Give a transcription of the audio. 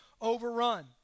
overrun